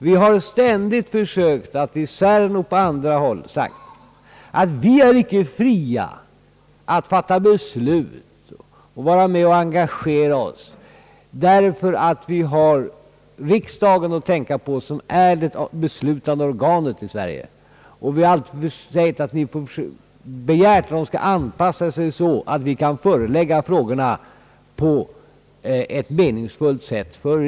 Vi har ständigt i CERN och på andra håll sagt, att vi icke är fria att fatta beslut och engagera oss därför att vi har riksdagen att tänka på, det beslutande organet i Sverige. Vi har alltid begärt att man skall anpassa sig så att frågorna kan föreläggas riksdagen på ett meningsfullt sätt.